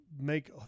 make